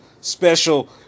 special